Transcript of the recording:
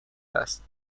است